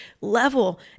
level